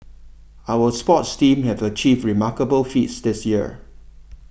our sports teams have achieved remarkable feats this year